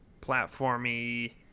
platformy